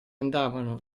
andavano